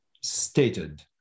stated